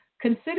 Consider